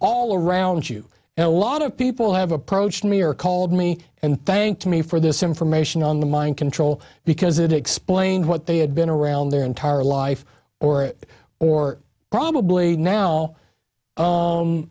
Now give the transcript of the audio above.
all around you and a lot of people have approached me or called me and thanked me for this information on the mind control because it explained what they had been around their entire life or or probably now